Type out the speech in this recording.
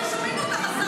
אנחנו שומעים אותך,